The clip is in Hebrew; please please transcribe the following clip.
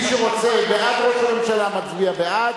מי שרוצה בעד ראש הממשלה מצביע בעד,